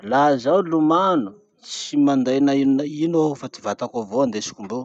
Laha zaho lomano, tsy minday na ino na ino aho fa ty vatako avao indesiko mbeo.